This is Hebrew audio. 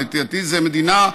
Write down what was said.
לדעתי זו מדינה,